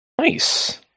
Nice